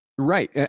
Right